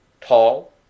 tall